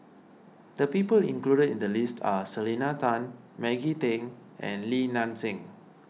the people included in the list are Selena Tan Maggie Teng and Li Nan Xing